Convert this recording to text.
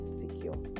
secure